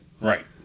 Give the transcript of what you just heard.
Right